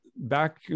back